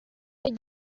icyo